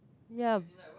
ya